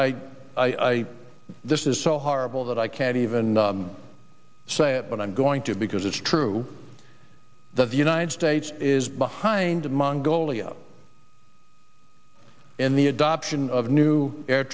this is so horrible that i can't even say it but i'm going to because it's true that the united states is behind mongolia in the adoption of new air